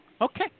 Okay